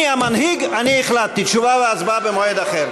אני המנהיג, אני החלטתי: תשובה והצבעה במועד אחר.